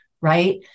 right